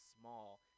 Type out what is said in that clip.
small